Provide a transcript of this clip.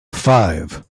five